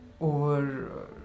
over